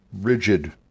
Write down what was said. rigid